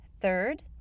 Third